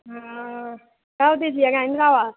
हाँ कह दीजिएगा न